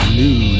new